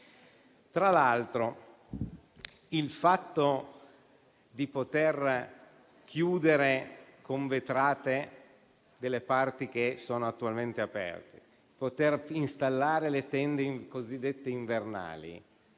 Tra l'altro, il fatto di poter chiudere con vetrate parti attualmente aperte, di poter installare le tende cosiddette invernali